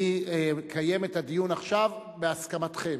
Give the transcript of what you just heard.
אני אקיים את הדיון עכשיו בהסכמתכם.